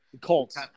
colts